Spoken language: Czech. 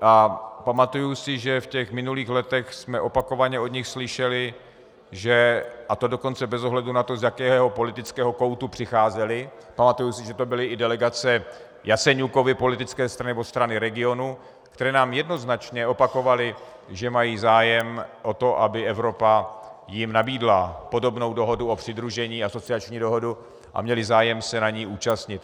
a pamatuji si, že v těch minulých letech jsme opakovaně od nich slyšeli, a to dokonce bez ohledu na to, z jakého politického koutu přicházeli pamatuji si, že to byly i delegace Jaceňukovy politické strany nebo Strany regionů, které nám jednoznačně opakovaly, že mají zájem o to, aby jim Evropa nabídla podobnou dohodu o přidružení, asociační dohodu, a měly zájem se na ní účastnit.